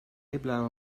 heblaw